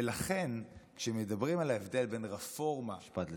ולכן, כשמדברים על ההבדל בין רפורמה, משפט לסיום.